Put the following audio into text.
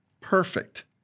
Perfect